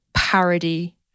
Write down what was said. parody